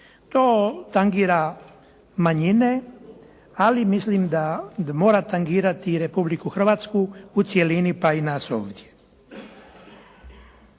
To tangira manjine, ali mislim da mora tangirati i Republiku Hrvatsku u cjelini pa i nas ovdje.